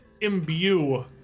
imbue